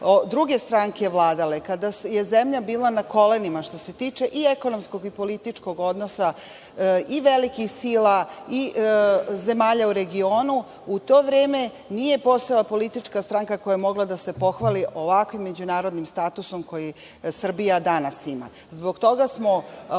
druge stranke vladale, kada je zemlja bila na kolenima, što se tiče i ekonomskog i političkog odnosa i velikih sila i zemalja u regionu, u to vreme nije postojala politička stranka koja je mogla da se pohvali ovakvim međunarodnim statusom koji Srbija danas ima. Zbog toga smo u